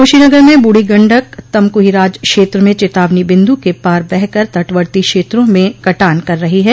कुशीनगर में बूढ़ो गंडक तमकुहीराज क्षेत्र में चेतावनी बिन्दु के पार बहकर तटवर्ती क्षेत्रों में कटान कर रही है